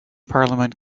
parliament